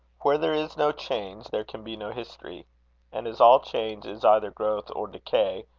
where there is no change there can be no history and as all change is either growth or decay,